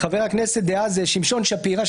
חבר הכנסת דאז שמשון שפירא,